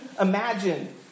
imagine